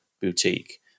boutique